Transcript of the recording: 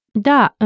Da